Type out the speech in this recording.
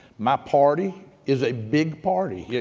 my party is a big party. yeah